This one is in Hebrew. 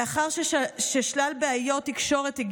לאחר שלל בעיות תקשורת,